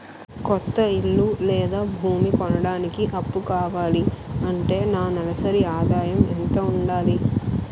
కొత్త ఇల్లు లేదా భూమి కొనడానికి అప్పు కావాలి అంటే నా నెలసరి ఆదాయం ఎంత ఉండాలి?